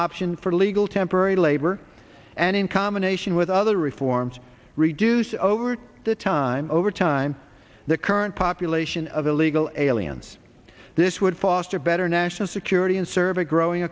option for legal temporary labor and in combination with other reforms reduced over the time overtime the current population of illegal aliens this would foster better national security and serve a growing